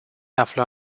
află